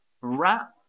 wrap